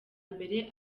mbere